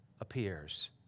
appears